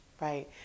Right